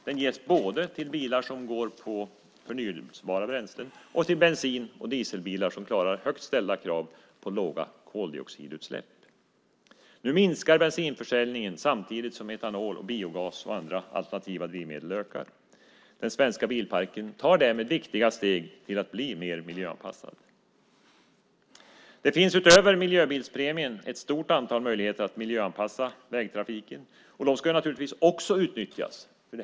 Den ges både till bilar som går på förnybara bränslen och till bensin och dieselbilar som klarar högt ställda krav på låga koldioxidutsläpp. Nu minskar bensinförsäljningen samtidigt som försäljningen av etanol, biogas och andra alternativa drivmedel ökar. Den svenska bilparken tar därmed viktiga steg till att bli mer miljöanpassad. Det finns utöver miljöbilspremien ett stort antal möjligheter att miljöanpassa vägtrafiken, och de ska naturligtvis också utnyttjas.